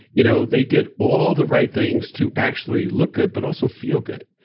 you know they did all the right things to actually look good, but also feel good.